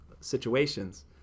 situations